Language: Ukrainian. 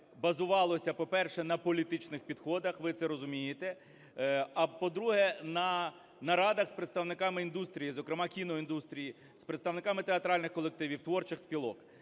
базувалося, по-перше, на політичних підходах, ви це розумієте. А, по-друге, на нарадах з представниками індустрії, зокрема кіноіндустрії, з представниками театральних колективів, творчих спілок.